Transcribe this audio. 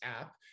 app